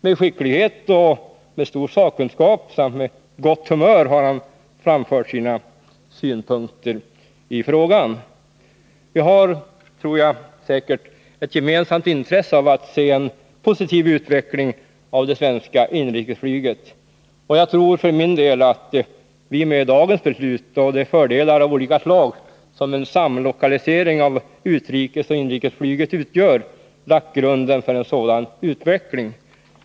Med skicklighet och stor sakkunskap samt med gott humör har han framfört sina synpunkter i frågan. Jag är säker på att vi har ett gemensamt intresse av att se en positiv utveckling av det svenska inrikesflyget. Jag tror för min del att vi med dagens beslut och de fördelar av olika slag som en samlokalisering av utrikesoch inrikesflyget utgör har lagt grunden för en sådan utveckling.